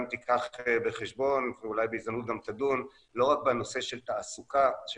תיקח בחשבון ואולי בהזדמנות גם תדון לא רק בנושא של תעסוקה של